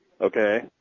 Okay